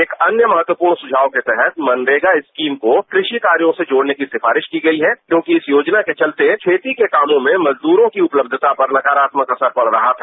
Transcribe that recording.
एक अन्य महत्वपूर्ण सुझाव के तहत मनरेगा स्कीम को कृषि कार्यो से जोड़ने की सिफारिश की गई है क्योंकि इस योजना के चलते खेती के कामों में मजदूरों की उपलब्धता पर नकारात्मक असर पड़ रहा था